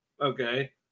okay